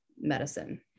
medicine